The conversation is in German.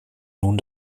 nun